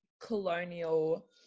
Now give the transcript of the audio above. colonial